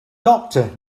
doctor